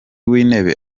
w’intebe